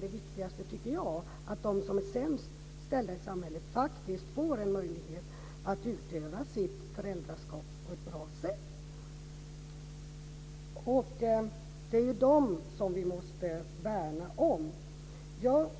Det viktigaste, tycker jag, är att de som är sämst ställda i samhället faktiskt får en möjlighet att utöva sitt föräldraskap på ett bra sätt. Det är dem vi måste värna om. Jag